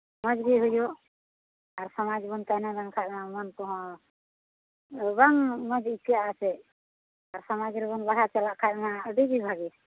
ᱢᱚᱡᱽ ᱜᱮ ᱦᱩᱭᱩᱜ ᱟᱨ ᱥᱚᱢᱟᱡᱽ ᱵᱚᱱ ᱛᱟᱭᱚᱢ ᱞᱮᱱᱠᱷᱟᱱ ᱢᱟ ᱢᱚᱱ ᱠᱚᱦᱚᱸ ᱵᱟᱝ ᱢᱚᱡᱽ ᱟᱹᱭᱠᱟᱹᱜᱼᱟ ᱥᱮ ᱟᱨ ᱥᱚᱢᱟᱡᱽ ᱨᱮᱵᱚᱱ ᱞᱟᱦᱟ ᱪᱟᱞᱟᱜ ᱠᱷᱟᱱ ᱟᱹᱰᱤᱜᱮ ᱵᱷᱟᱹᱜᱤ